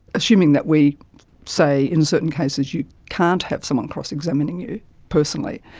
assuming that we say in certain cases you can't have someone cross-examining you personally,